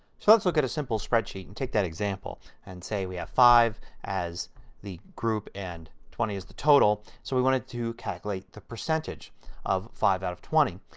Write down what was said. so let's look at a simple spreadsheet and take that example. and say we have five as the group and twenty as the total so we want to to calculate the percentage of five out of twenty.